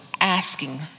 asking